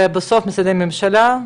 ובסוף למשרדי הממשלה,